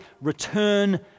return